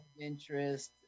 interest